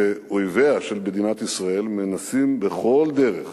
שאויביה של מדינת ישראל מנסים בכל דרך